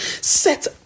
Set